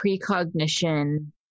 precognition